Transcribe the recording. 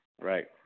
right